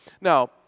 Now